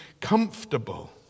comfortable